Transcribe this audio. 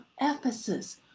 ephesus